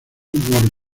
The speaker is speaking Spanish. won